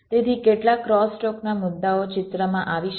તેથી કેટલાક ક્રોસટોકના મુદ્દાઓ ચિત્રમાં આવી શકે છે